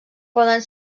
poden